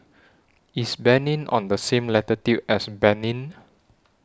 IS Benin on The same latitude as Benin